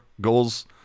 goals